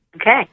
Okay